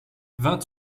vingt